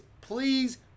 please